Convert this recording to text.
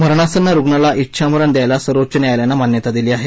मरणासन्न रुग्णाला डेछामरण द्यायला सर्वोच्च न्यायालयानं मान्यता दिली आहे